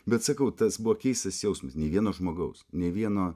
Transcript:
bet sakau tas buvo keistas jausmas nei vieno žmogaus nei vieno